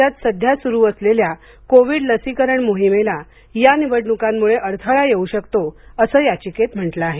राज्यात सध्या सुरु असलेल्या कोविड लसीकरण मोहिमेला या निवडणूकांमुळे अडथळा येऊ शकतो असं याचिकेत म्हंटल आहे